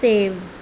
सेव